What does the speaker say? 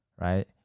Right